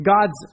God's